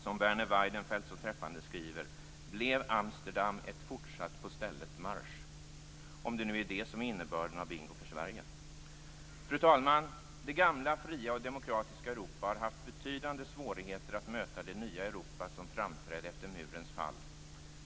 Som Werner Weidenfeld så träffande skriver blev Amsterdam ett fortsatt på stället marsch - om det nu är det som är innebörden av "bingo för Sverige"? Fru talman! Det gamla, fria och demokratiska Europa har haft betydande svårigheter att möta det nya Europa som framträdde efter murens fall.